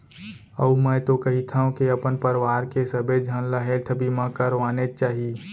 अउ मैं तो कहिथँव के अपन परवार के सबे झन ल हेल्थ बीमा करवानेच चाही